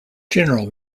general